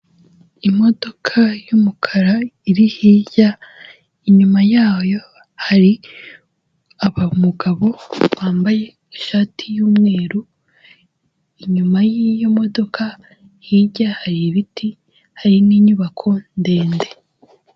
Imodoka y'umukara iri hirya inyuma yayo hari umugabo wambaye ishati y'umweru, inyuma y'iyo modoka hirya hari ibiti hari n'inyubako ndende.